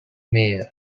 mayor